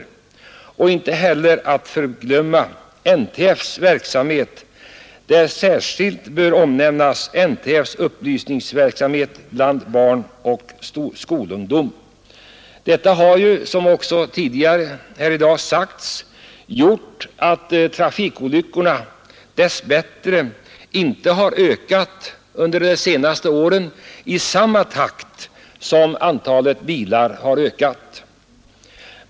Man bör heller inte glömma NTF:s verksamhet, där särskilt dess upplysningsverksamhet bland barn och skolungdom bör omnämnas. Dessa åtgärder har som också tidigare i dag här sagts gjort att trafikolyckorna dess bättre inte har ökat under de senaste åren i samma takt som antalet bilar har ökat.